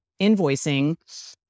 invoicing